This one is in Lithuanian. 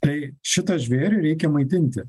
tai šitą žvėrį reikia maitinti